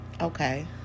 okay